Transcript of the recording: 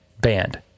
banned